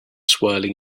swirling